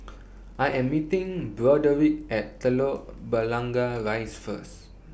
I Am meeting Broderick At Telok Blangah Rise First